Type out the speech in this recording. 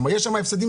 יש שם הפסדים,